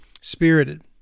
spirited